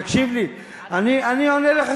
תקשיב לי, אני עונה לך.